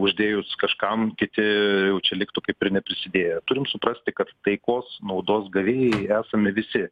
uždėjus kažkam kiti čia liktų kaip ir neprisidėję turim suprasti kad taikos naudos gavėjai esame visi